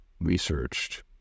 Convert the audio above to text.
researched